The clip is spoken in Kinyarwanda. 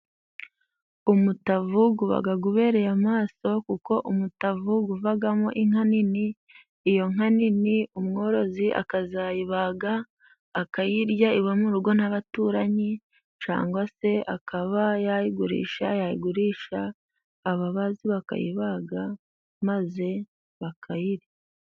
Umutavu uba ubereye amaso kuko umutavu uvamo inka nini iyo nka nini umworozi akazayibaga akayirya iwe mu rugo n'abaturanyi cyangwa se akaba yayigurisha, yayigurisha ababazi bakayibaga maze bakayirya.